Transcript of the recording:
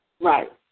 Right